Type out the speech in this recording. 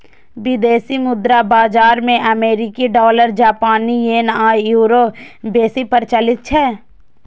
विदेशी मुद्रा बाजार मे अमेरिकी डॉलर, जापानी येन आ यूरो बेसी प्रचलित छै